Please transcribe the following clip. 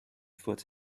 foot